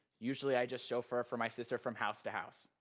usually, i just chauffeur for my sister from house to house.